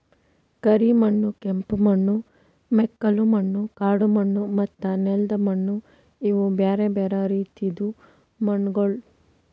ಕರಿ ಮಣ್ಣು, ಕೆಂಪು ಮಣ್ಣು, ಮೆಕ್ಕಲು ಮಣ್ಣು, ಕಾಡು ಮಣ್ಣು ಮತ್ತ ನೆಲ್ದ ಮಣ್ಣು ಇವು ಬ್ಯಾರೆ ಬ್ಯಾರೆ ರೀತಿದು ಮಣ್ಣಗೊಳ್